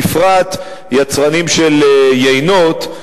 בפרט יצרנים של יינות,